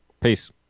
Peace